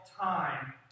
time